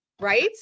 Right